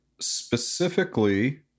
specifically